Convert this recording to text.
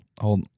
hold